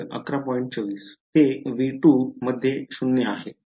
विद्यार्थीः ते V2 मध्ये 0 आहे